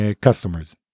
customers